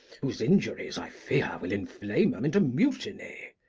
whose injuries, i fear, will inflame em into mutiny.